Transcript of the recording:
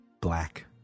black